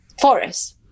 forest